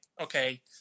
okay